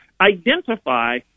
identify